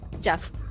Jeff